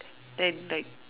then like